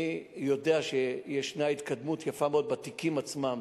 אני יודע שישנה התקדמות יפה מאוד בתיקים עצמם,